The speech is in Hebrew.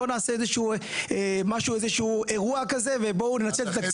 בואו נעשה איזה שהוא אירוע כזה ונציג -- לכן